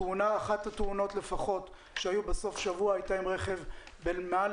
אחת התאונות לפחות שהיו בסוף השבוע הייתה עם רכב של בן מעל